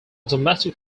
domestic